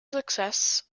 success